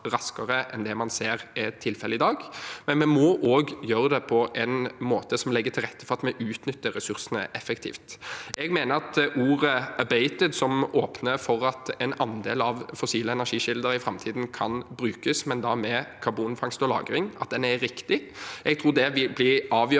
enn man ser er tilfellet i dag, men vi må også gjøre det på en måte som legger til rette for at vi utnytter ressursene effektivt. Jeg mener at ordet «abated», som åpner for at en andel av fossile energikilder i framtiden kan brukes, men da med karbonfangst og -lagring, er riktig. Jeg tror det vil bli avgjørende